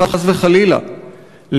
חס וחלילה,